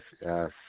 yes